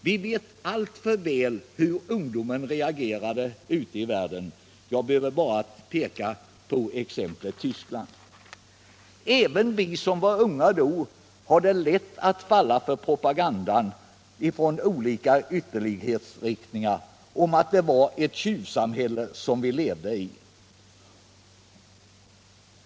Vi vet alltför väl hur ungdomen reagerade ute i världen — jag behöver bara nämna Tyskland. Även vi som var unga då hade lätt att falla för propagandan från olika ytterlighetsriktningar om att vi levde i ett tjuvsamhälle.